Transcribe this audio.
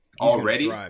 already